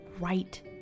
right